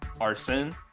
Arson